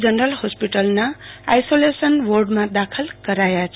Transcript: general હોસ્પિટલના isolation વોર્ડમાં દાખલ કરાયા છે